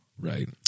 Right